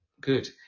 Good